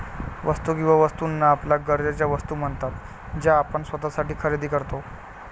वस्तू किंवा वस्तूंना आपल्या गरजेच्या वस्तू म्हणतात ज्या आपण स्वतःसाठी खरेदी करतो